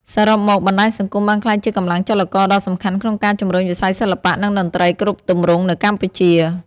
សរុបមក បណ្ដាញសង្គមបានក្លាយជាកម្លាំងចលករដ៏សំខាន់ក្នុងការជំរុញវិស័យសិល្បៈ និងតន្ត្រីគ្រប់ទម្រង់នៅកម្ពុជា។